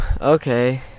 okay